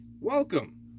welcome